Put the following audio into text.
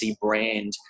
brand